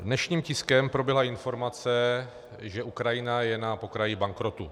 Dnešním tiskem proběhla informace, že Ukrajina je na pokraji bankrotu.